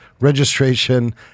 registration